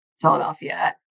Philadelphia